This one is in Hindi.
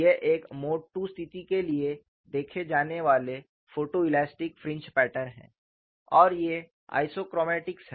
ये एक मोड II स्थिति के लिए देखे जाने वाले फोटोइलास्टिक फ्रिंज पैटर्न हैं और ये आइसोक्रोमैटिक्स हैं